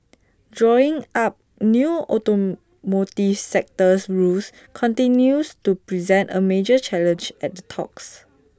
drawing up new automotive sectors rules continues to present A major challenge at the talks